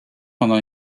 pendant